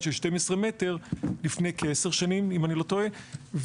של 12 מטר לפני כ-10 שנים אם אני לא טועה,